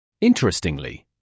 Interestingly